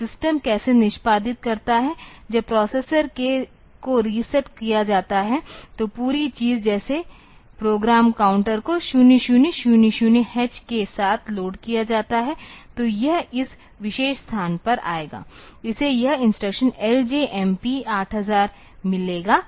अब सिस्टम कैसे निष्पादित करता है जब प्रोसेसर को रीसेट किया जाता है तो पूरी चीज जैसे प्रोग्राम काउंटर को 0000 एच के साथ लोड किया जाता है तो यह इस विशेष स्थान पर आएगा इसे यह इंस्ट्रक्शन LJMP 8000 मिलेगा